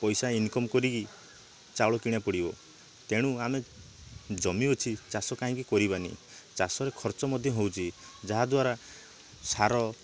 ପଇସା ଇନକମ କରିକି ଚାଉଳ କିଣିବାକୁ ପଡ଼ିବ ତେଣୁ ଆମେ ଜମି ଅଛି ଚାଷ କାହିଁକି କରିବାନି ଚାଷରେ ଖର୍ଚ୍ଚ ମଧ୍ୟ ହଉଛି ଯାହାଦ୍ୱାରା ସାର